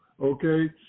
okay